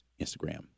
Instagram